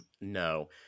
no